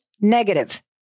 negative